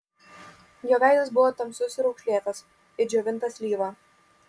jo veidas buvo tamsus ir raukšlėtas it džiovinta slyva